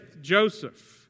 Joseph